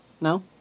No